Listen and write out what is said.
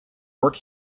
work